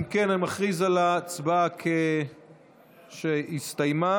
אם כן, אני מכריז שההצבעה הסתיימה,